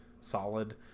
solid